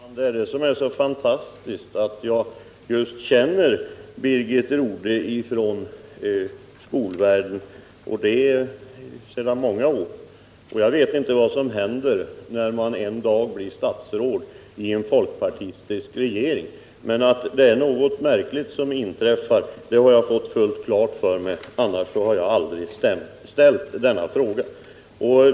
Herr talman! Det som är så fantastiskt är just att jag känner Birgit Rodhe från skolvärlden sedan många år. Jag vet inte vad som händer när man en dag blir statsråd i en folkpartistisk regering, men att det är något märkligt som inträffar har jag i alla fall fått fullt klart för mig; annars skulle jag aldrig ha ställt denna fråga.